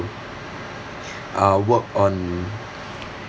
uh work on